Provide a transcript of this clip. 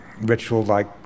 ritual-like